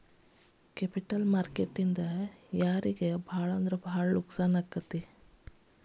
Capital market ನಿಂದಾ ಯಾರಿಗ್ ಭಾಳಂದ್ರ ಭಾಳ್ ಯಾರಿಗ್ ಲಾಸಾಗ್ಬೊದು?